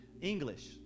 English